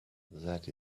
that